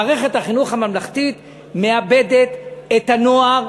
מערכת החינוך הממלכתית מאבדת את הנוער